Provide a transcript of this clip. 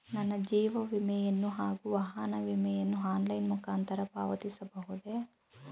ನನ್ನ ಜೀವ ವಿಮೆಯನ್ನು ಹಾಗೂ ವಾಹನ ವಿಮೆಯನ್ನು ಆನ್ಲೈನ್ ಮುಖಾಂತರ ಪಾವತಿಸಬಹುದೇ?